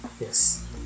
Yes